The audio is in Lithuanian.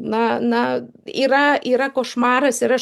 na na yra yra košmaras ir aš